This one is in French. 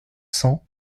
cents